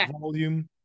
volume